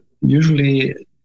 usually